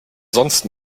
sonst